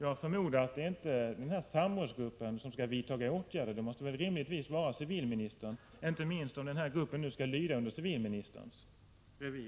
Jag förmodar att det inte är denna samrådsgrupp som skall vidta åtgärder, utan att det rimligtvis måste vara civilministern, inte minst om denna grupp nu skall lyda under civilministerns revir.